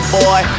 boy